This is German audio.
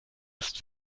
ist